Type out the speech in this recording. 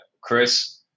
Chris